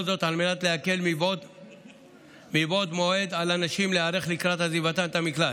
כל זאת על מנת להקל על הנשים להיערך מבעוד מועד לקראת עזיבתן את המקלט.